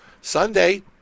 Sunday